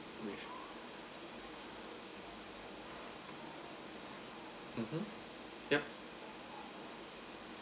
with mmhmm yup